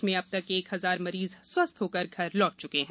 प्रदेश में अब तक एक हजार मरीज स्वस्थ होकर घर लौट च्के हैं